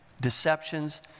deceptions